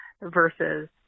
versus